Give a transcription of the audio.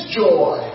joy